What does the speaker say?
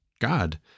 God